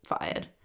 fired